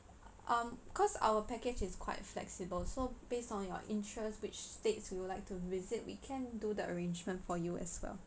um cause our package is quite flexible so based on your interest which states you would like to visit we can do the arrangement for you as well